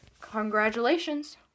congratulations